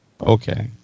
Okay